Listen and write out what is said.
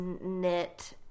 knit